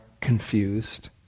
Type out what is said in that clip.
confused